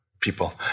people